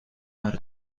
maar